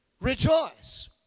rejoice